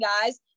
guys